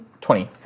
Twenty